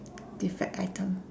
defect item